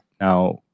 Now